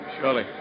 Surely